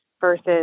versus